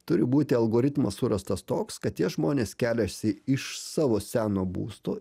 turi būti algoritmas surastas toks kad tie žmonės keliasi iš savo seno būsto